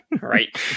Right